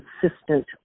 consistent